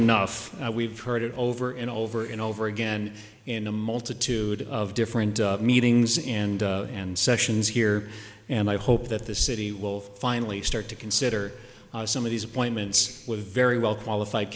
enough we've heard it over and over and over again in a multitude of different meetings and and sessions here and i hope that the city will finally start to consider some of these appointments with very well qualified